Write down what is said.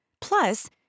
Plus